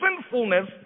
sinfulness